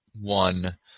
one